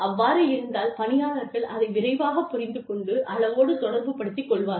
அவ்வாறு இருந்தால் பணியாளர்கள் அதை விரைவாக புரிந்து கொண்டு அளவோடு தொடர்பு படுத்திக் கொள்வார்கள்